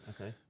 Okay